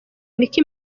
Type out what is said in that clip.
nicki